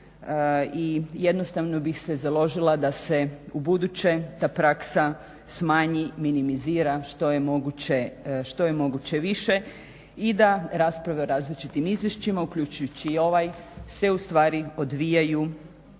i jednostavno bih se založila da se ubuduće ta praksa smanji, minimizira što je moguće više i da rasprave o različitim izvješćima uključujući i ovaj se odvijaju